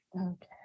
Okay